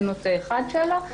זה נושא אחד שעלה.